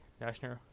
National